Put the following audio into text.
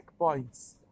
checkpoints